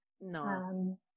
No